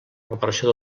reparació